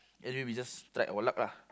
anyway we just tried our luck lah